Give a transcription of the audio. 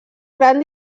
gran